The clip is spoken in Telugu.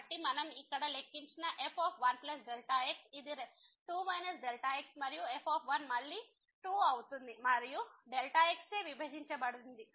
కాబట్టి మనం ఇక్కడ లెక్కించిన f 1x ఇది 2 x మరియు f మళ్ళీ 2 అవుతుంది మరియుxచే విభజించబడింది